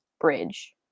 Bridge